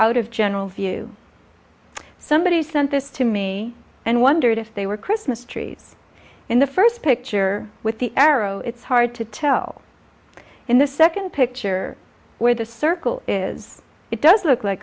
out of general view somebody sent this to me and wondered if they were christmas trees in the first picture with the arrow it's hard to tell in the second picture where the circle is it does look like